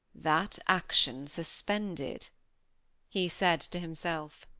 that action suspended he said to himself.